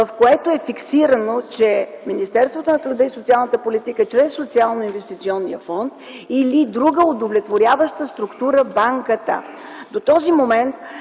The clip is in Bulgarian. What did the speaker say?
в което е фиксирано, че Министерството на труда и социалната политика чрез Социалноинвестиционния фонд или друга удовлетворяваща структура банката. До този момент